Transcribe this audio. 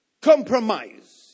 Compromise